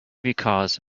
because